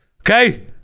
okay